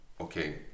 okay